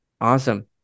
Awesome